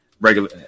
regular